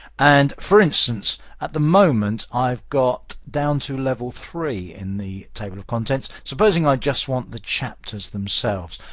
and for instance, at the moment i've got down to level three in the table of contents. supposing i just want the chapters themselves,